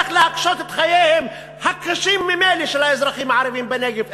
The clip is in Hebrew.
איך להקשות את חייהם הקשים ממילא של האזרחים הערבים בנגב,